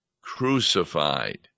crucified